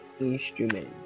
instrument